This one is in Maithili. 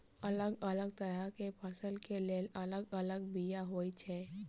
अलग अलग तरह केँ फसल केँ लेल अलग अलग बीमा होइ छै?